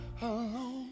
alone